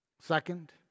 Second